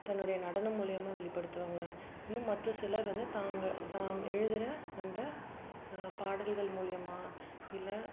தன்னுடைய நடனம் மூலிமா வெளிப்படுத்துவாங்க இன்னும் மற்ற சிலர் வந்து தாங்கள் தாம் எழுதுகிற அந்த பாடல்கள் மூலிமா இல்லை